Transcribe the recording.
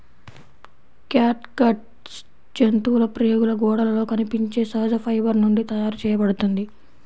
catgut జంతువుల ప్రేగుల గోడలలో కనిపించే సహజ ఫైబర్ నుండి తయారు చేయబడుతుంది